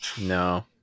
no